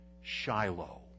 Shiloh